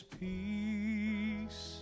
peace